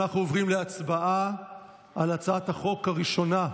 אנחנו עוברים להצבעה על הצעת החוק הראשונה,